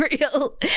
real